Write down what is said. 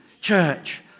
Church